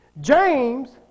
James